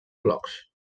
blocs